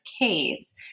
caves